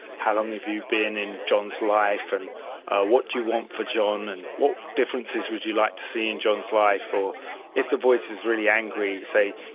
how long have you been in john's life, and what do you want for john, and what differences would you like to see in john's life? or if the voice is really angry say,